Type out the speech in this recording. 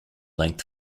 length